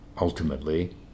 ultimately